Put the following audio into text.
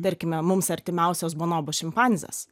tarkime mums artimiausios bonobos šimpanzes